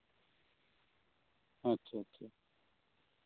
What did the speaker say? ᱟᱪᱪᱷᱟ ᱟᱪᱪᱷᱟ